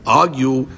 argue